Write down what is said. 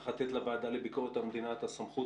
צריך לתת לוועדה לביקורת המדינה את הסמכות